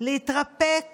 להתרפק